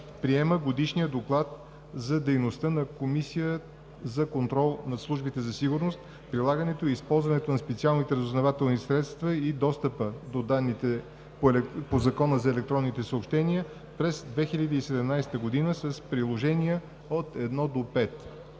Приема Годишния доклад за дейността на Комисията за контрол над службите за сигурност, прилагането и използването на специалните разузнавателни средства и достъпа до данните по Закона за електронните съобщения през 2017 г. с Приложения от 1 до 5.“